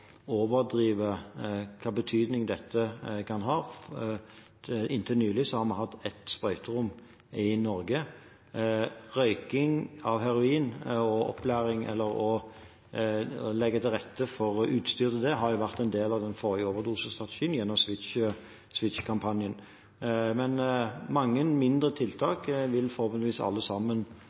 overdrive hvilken betydning dette kan ha. Inntil nylig har vi hatt ett sprøyterom i Norge. Røyking av heroin, opplæring og å legge til rette for utstyret har vært en del av den forrige overdosestrategien gjennom SWITCH-kampanjen. Mange mindre tiltak vil forhåpentligvis alle sammen